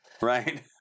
right